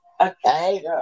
Okay